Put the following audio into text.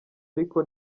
ariko